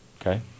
Okay